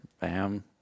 bam